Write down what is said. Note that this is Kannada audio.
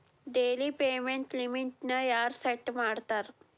ಡೆಲಿ ಪೇಮೆಂಟ್ ಲಿಮಿಟ್ನ ಯಾರ್ ಸೆಟ್ ಮಾಡ್ತಾರಾ